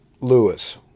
Lewis